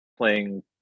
playing